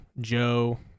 Joe